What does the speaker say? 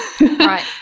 Right